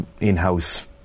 in-house